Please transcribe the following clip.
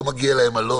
לא מגיע לו מלון,